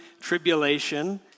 tribulation